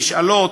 נשאלות,